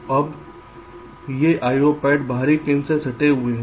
अब ये IO pad बाहरी पिंस से सटे हुए हैं